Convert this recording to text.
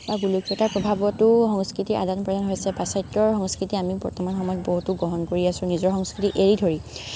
বা গোলকীয়তাৰ প্ৰভাৱতো সংস্কৃতিৰ আদান প্ৰদান হৈছে পাশ্চাত্যৰ সংস্কৃতি আমি বৰ্তমান সময়ত বহুতো গ্ৰহণ কৰি আছোঁ নিজৰ সংস্কৃতিক এৰি ধৰি